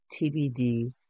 TBD